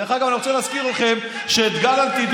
דרך אגב, אני רוצה להזכיר לכם שאת גלנט,